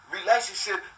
Relationship